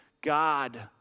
God